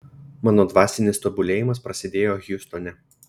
mano dvasinis tobulėjimas prasidėjo hjustone